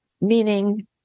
meaning